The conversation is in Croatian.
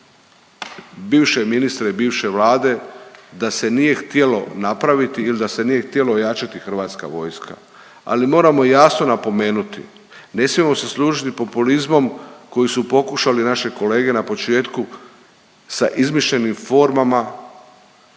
bivše ministre bivše Vlade da se nije htjelo napraviti ili da se nije htjelo ojačati Hrvatska vojska. Ali moramo jasno napomenuti, ne smijemo se služiti populizmom koji su pokušali naše kolege na početku sa izmišljenim formama.